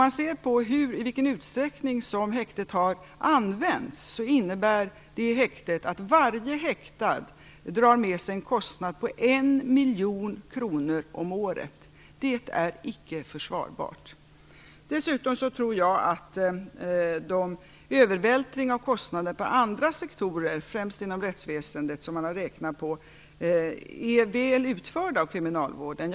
Sett till i vilken utsträckning det här häktet har använts drar varje häktad med sig en kostnad på 1 miljon kronor om året. Det är icke försvarbart. Dessutom tror jag att de övervältringar av kostnader på andra sektorer, främst inom rättsväsendet, som man räknat på är väl utförda beräkningar av kriminalvården.